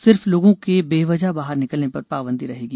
सिर्फ लोगों के बेवजह बाहर निकलने पर पाबंदी रहेगी